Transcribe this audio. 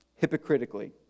hypocritically